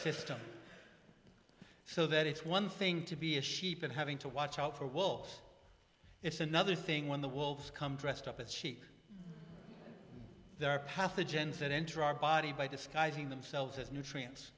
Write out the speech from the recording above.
system so that it's one thing to be a sheep and having to watch out for wolves it's another thing when the wolves come dressed up as sheep there are pathogens that enter our body by disguising themselves as nutrients